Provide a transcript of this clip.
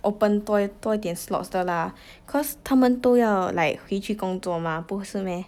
open 多多一点 slots 的 lah cause 他们都要 like 回去工作 mah 不是 meh